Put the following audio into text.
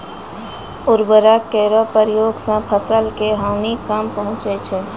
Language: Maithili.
उर्वरक केरो प्रयोग सें फसल क हानि कम पहुँचै छै